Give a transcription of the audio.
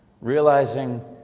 realizing